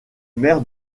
maire